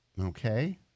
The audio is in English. Okay